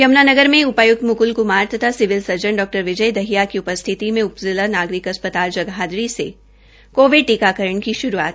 यमुनानगर में उपायुक्त मुकुल कुमार तथा सिविल सर्जन डॉ विजय दहिया की उपस्थिति में उप जिला नागरिक अस्पताल जगाधरी से कोविड टीकाकरण की शुरूआत हई